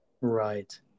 right